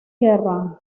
kerrang